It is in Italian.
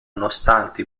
nonostante